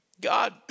God